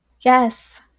Yes